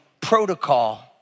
protocol